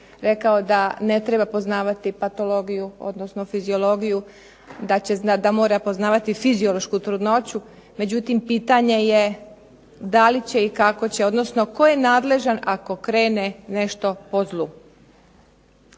rekao da ne treba poznavati patologiju, odnosno fiziologiju, da mora poznavati fiziološku trudnoću, međutim pitanje je da li će i kako će, odnosno tko je nadležan ako krene nešto po zlu?